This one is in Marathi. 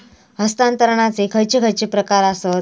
हस्तांतराचे खयचे खयचे प्रकार आसत?